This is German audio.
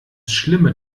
schlimme